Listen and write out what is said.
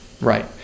Right